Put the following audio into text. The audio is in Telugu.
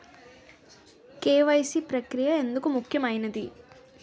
కే.వై.సీ ప్రక్రియ ఎందుకు ముఖ్యమైనది?